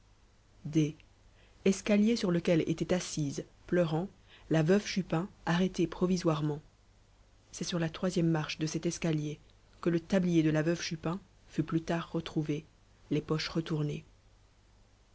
escalier sur lequel était assise pleurant la veuve chupin arrêtée provisoirement c'est sur la troisième marche de cet escalier que le tablier de la veuve chupin fut plus tard retrouvé les poches retournées